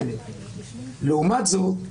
לעומת זאת,